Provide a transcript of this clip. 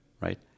right